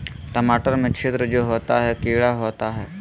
टमाटर में छिद्र जो होता है किडा होता है?